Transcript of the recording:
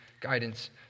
guidance